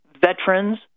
veterans